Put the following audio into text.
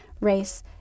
race